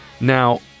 Now